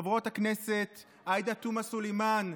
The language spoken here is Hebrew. חברות הכנסת עאידה תומא סלימאן,